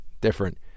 different